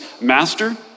Master